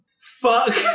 Fuck